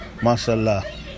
Masha'allah